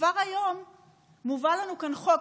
כבר היום מובא לנו כאן חוק,